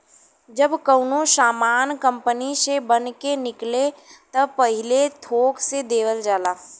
जब कउनो सामान कंपनी से बन के निकले त पहिले थोक से देवल जाला